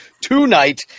tonight